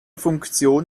funktion